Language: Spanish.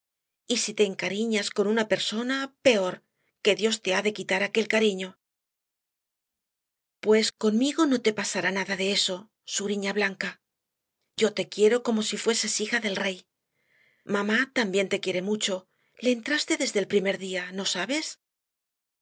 si te encariñas con una persona peor que dios te ha de quitar aquel cariño pues conmigo no te pasará nada de eso suriña blanca yo te quiero como si fueses hija del rey mamá también te quiere mucho le entraste desde el primer día no sabes